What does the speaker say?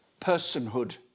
personhood